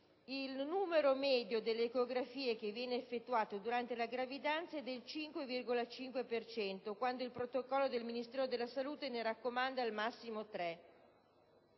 il numero medio delle ecografie effettuato durante la gravidanza è 5,5, quando il protocollo del Ministero della salute ne raccomanda al massimo tre;